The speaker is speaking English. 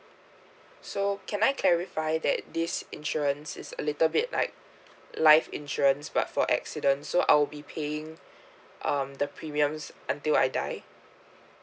so can I clarify that this insurance is a little bit like life insurance but for accidents so I'll be paying um the premiums until I die